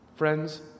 Friends